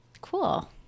Cool